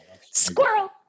Squirrel